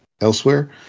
elsewhere